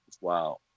Wow